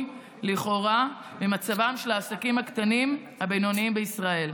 לכאורה ממצבם של העסקים הקטנים והבינוניים בישראל.